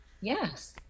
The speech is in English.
Yes